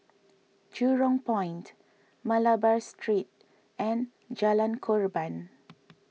Jurong Point Malabar Street and Jalan Korban